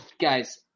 guys